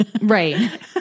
Right